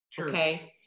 okay